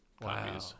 wow